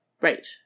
Right